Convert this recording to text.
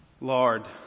Lord